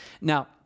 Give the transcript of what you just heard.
Now